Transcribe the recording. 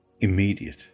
Immediate